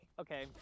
okay